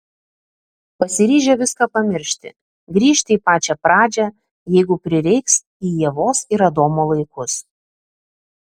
pasiryžę viską pamiršti grįžti į pačią pradžią jeigu prireiks į ievos ir adomo laikus